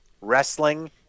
Wrestling